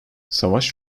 savaş